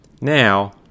Now